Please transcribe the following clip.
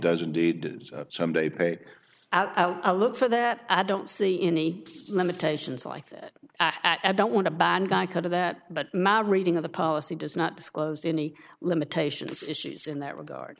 does indeed someday pay out a look for that i don't see any limitations like that i don't want to ban guy could of that but my reading of the policy does not disclose any limitations issues in that regard